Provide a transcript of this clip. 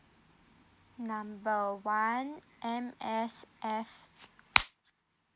number one M_S_F